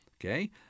Okay